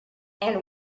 and